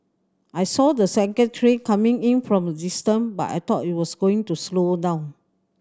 I saw the second train coming in from a distance but I thought it was going to slow down